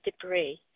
debris